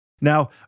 Now